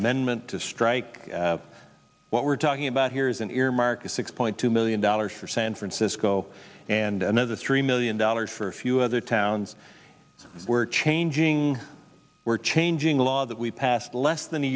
amendment to strike what we're talking about here is an earmark is six point two million dollars for san francisco and another three million dollars for a few other towns we're changing we're changing the law that we passed less than a